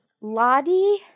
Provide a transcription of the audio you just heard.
Lottie